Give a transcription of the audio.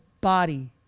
body